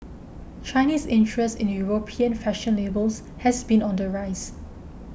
Chinese interest in European fashion labels has been on the rise